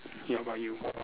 how about you